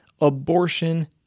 Abortion